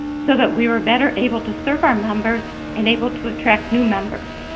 so that we were better able to serve our members and able to attract new members.